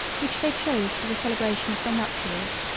which they chose for the celebration of their nuptials,